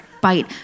bite